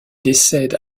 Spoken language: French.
décède